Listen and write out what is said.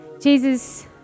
Jesus